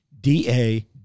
D-A